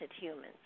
humans